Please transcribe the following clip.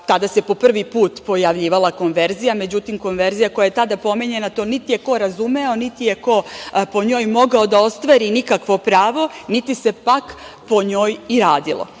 Tada se po prvi put pojavljivala konverzija. Međutim, konverzija koja je tada pominjana, to niti je ko razumeo, niti je ko po njoj mogao da ostvari nikakvo pravo, niti se pak po njoj i radilo.